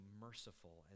merciful